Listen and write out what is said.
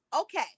Okay